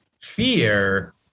fear